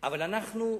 אבל אנחנו,